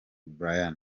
bryan